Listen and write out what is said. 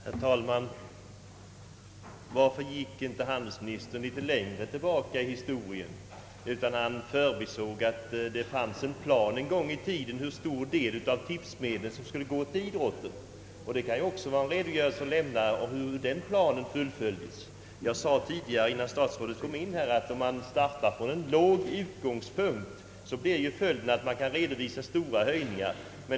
Herr talman! Varför gick inte handelsministern litet längre tillbaka i historien? Han förbisåg att det en gång i tiden fanns en plan för hur stor del av tipsmedlen som skulle gå till idrotten. Det kan också vara lämpligt att redogöra för hur den planen fullföljdes. Innan statsrådet Lange kom in i kammaren sade jag att om man startar från en låg utgångspunkt blir följden att man kan redovisa stora höjningar.